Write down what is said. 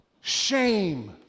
shame